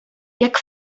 jak